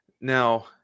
Now